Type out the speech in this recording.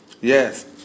Yes